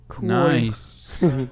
nice